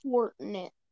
Fortnite